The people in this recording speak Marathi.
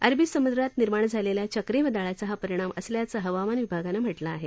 अरबी समुद्रात निर्माण झालेल्या चक्रीवादळाचा हा परिणाम असल्याचं हवामान विभागानं म्हटलं आहे